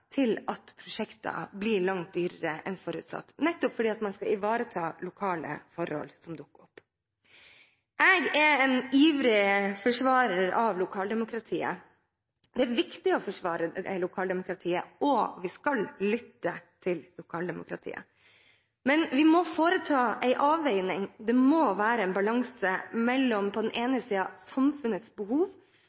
til at prosjekter blir langt dyrere enn forutsatt fordi man skal ivareta lokale forhold som dukker opp. Jeg er en ivrig forsvarer av lokaldemokratiet. Det er viktig å forsvare lokaldemokratiet, og vi skal lytte til lokaldemokratiet. Men vi må foreta en avveining. Det må være en balanse mellom samfunnets behov for at gode og effektive samferdselsløsninger skal komme på